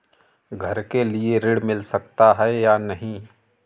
घर के लिए ऋण मिल सकता है या नहीं?